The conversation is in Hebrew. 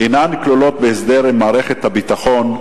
אינן כלולות בהסדר עם מערכת הביטחון,